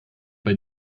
bei